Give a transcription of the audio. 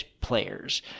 players